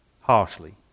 harshly